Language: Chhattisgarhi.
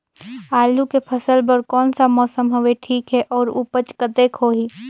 आलू के फसल बर कोन सा मौसम हवे ठीक हे अउर ऊपज कतेक होही?